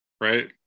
right